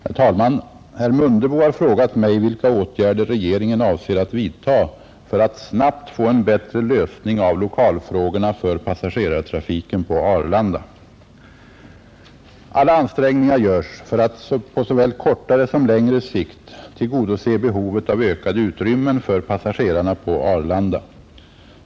Herr talman! Herr Mundebo har frågat mig vilka åtgärder regeringen avser att vidta för att snabbt få en bättre lösning av lokalfrågorna för passagerartrafiken på Arlanda. Alla ansträngningar görs för att — på såväl kortare som längre sikt — tillgodose behovet av ökade utrymmen för passagerarna på Arlanda.